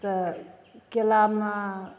तऽ केलामे